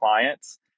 clients